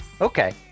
Okay